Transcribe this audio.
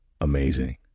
amazing